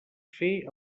fer